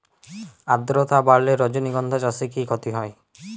আদ্রর্তা বাড়লে রজনীগন্ধা চাষে কি ক্ষতি হয়?